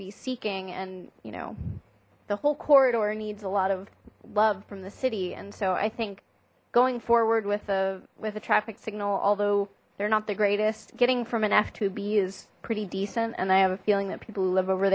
be seeking and you know the whole corridor needs a lot of love from the city and so i think going forward with a with a traffic signal although they're not the greatest getting from an f to b is pretty decent and i have a feeling that people who live over